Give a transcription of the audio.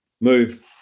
move